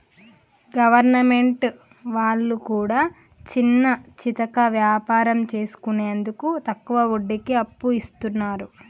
government వాళ్లు కూడా చిన్నాచితక వ్యాపారం చేసుకునేందుకు తక్కువ వడ్డీకి అప్పు ఇస్తున్నరు